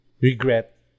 regret